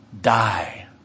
Die